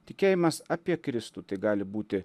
tikėjimas apie kristų tai gali būti